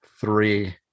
Three